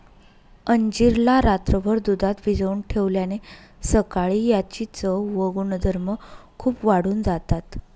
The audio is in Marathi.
अंजीर ला रात्रभर दुधात भिजवून ठेवल्याने सकाळी याची चव आणि गुणधर्म खूप वाढून जातात